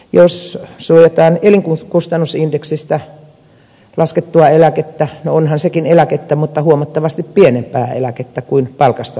jos suojataan elinkustannusindeksistä laskettua eläkettä no onhan sekin eläkettä mutta huomattavasti pienempää eläkettä kuin palkasta laskettu eläke